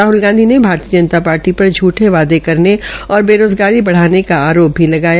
राहल गांधी ने भारतीय जनता पार्टी पर झूठे वादे करने और बेरोज़गारी बढ़ाने का आरोप भी लगाया